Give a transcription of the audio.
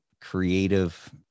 creative